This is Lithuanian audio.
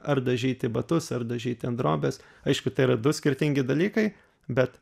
ar dažyti batus ar dažyti ant drobės aišku tai yra du skirtingi dalykai bet